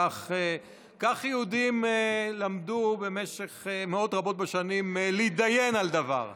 כך יהודים למדו במשך מאות רבות של שנים להידיין על דבר.